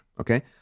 okay